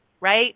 right